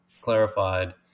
clarified